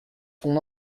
son